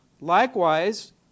Likewise